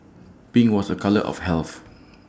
pink was A colour of health